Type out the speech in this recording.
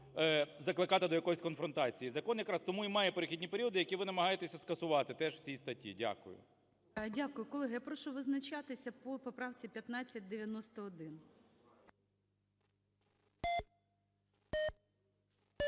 закликати до якоїсь конфронтації, закон якраз тому і має перехідні періоди, які ви намагаєтеся скасувати теж в цій статті. Дякую. ГОЛОВУЮЧИЙ. Дякую. Колеги, я прошу визначатися по поправці 1591.